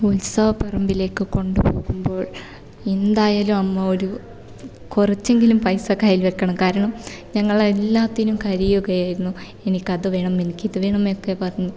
ഉത്സവ പറമ്പിലേക്ക് കൊണ്ടുപോകുമ്പോൾ എന്തായാലും അമ്മ ഒരു കുറച്ചെങ്കിലും പൈസ കൈയ്യിൽ വയ്ക്കണം കാരണം ഞങ്ങൾ എല്ലാത്തിനും കരയുകയായിരുന്നു എനിക്ക് അത് വേണം എനിക്ക് ഇത് വേണം ഒക്കെ പറഞ്ഞിട്ട്